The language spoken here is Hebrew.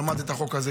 החוק,